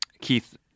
Keith